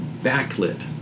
backlit